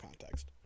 context